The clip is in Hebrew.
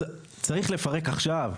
אז צריך לפרק עכשיו,